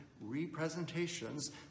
representations